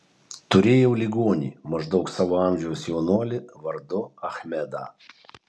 turėjau ligonį maždaug savo amžiaus jaunuolį vardu achmedą